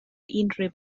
unrhyw